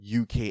UK